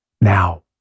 now